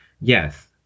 yes